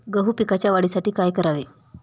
गहू पिकाच्या वाढीसाठी काय करावे?